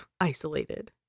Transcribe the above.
isolated